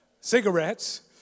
cigarettes